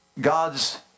God's